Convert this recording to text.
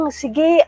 sige